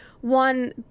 one